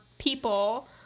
people